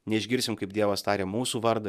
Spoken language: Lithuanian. neišgirsim kaip dievas taria mūsų vardą